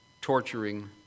torturing